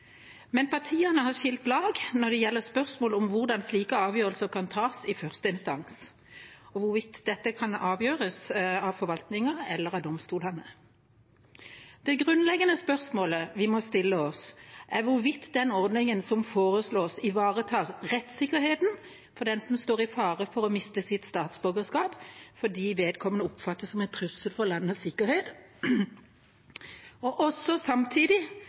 Men partiene har skilt lag når det gjelder spørsmålet om hvordan slike avgjørelser kan tas i første instans, og hvorvidt dette kan avgjøres av forvaltningen eller av domstolene. Det grunnleggende spørsmålet vi må stille oss, er hvorvidt den ordningen som foreslås, ivaretar rettsikkerheten for den som står i fare for å miste sitt statsborgerskap fordi vedkommende oppfattes som en trussel for landets sikkerhet, og samtidig